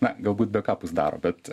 na galbūt bekapus daro bet